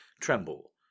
tremble